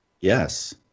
Yes